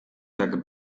tak